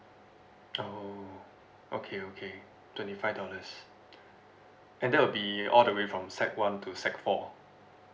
oh okay okay twenty five dollars and that will be all the way from sec one to sec four